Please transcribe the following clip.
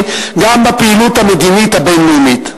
גם בפעילות המדינית הבין-לאומית.